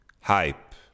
hype